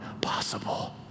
possible